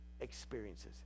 experiences